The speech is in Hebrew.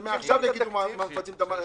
שמעכשיו יגידו איך מפצים את המעסיקים.